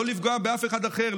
לא לפגוע באף אחד אחר,